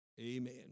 Amen